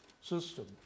system